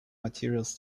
materials